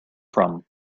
from